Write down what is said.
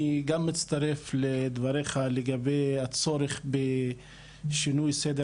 אני גם מצטרף לדבריך לגבי הצורך בשינוי סדר